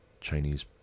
Chinese